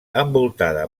envoltada